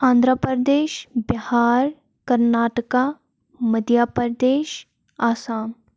Andhra Pradesh Bihar Karnataka Madhya Pradesh Assam